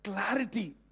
clarity